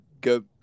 go